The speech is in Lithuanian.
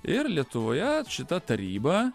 ir lietuvoje šita taryba